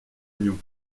lyon